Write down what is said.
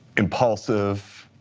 impulsive,